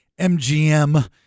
MGM